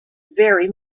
very